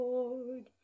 Lord